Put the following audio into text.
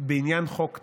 בעניין חוק טל,